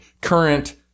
current